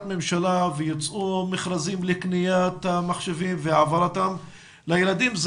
ממשלה ויצאו מכרזים לקניית המחשבים והעברתם לילדים,